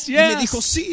yes